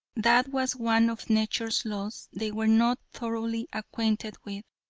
that was one of nature's laws they were not thoroughly acquainted with.